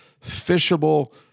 fishable